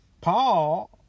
Paul